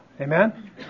Amen